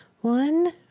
one